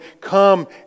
come